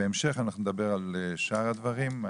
בהמשך, אנחנו נדבר על שאר הדברים.